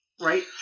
right